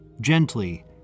Gently